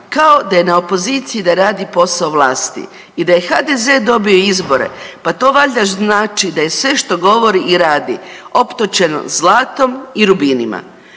kao da je na opoziciji da radi posao vlasti. I da je HDZ dobio izbore pa to valjda znači da je sve što govori i radi optočeno zlatom i rubinima.